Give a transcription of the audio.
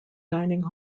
dining